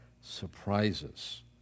surprises